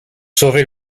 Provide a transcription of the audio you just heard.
sauver